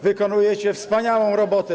Wykonujecie wspaniałą robotę.